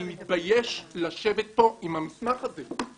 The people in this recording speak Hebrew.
אני מתבייש לשבת פה עם המסמך הזה.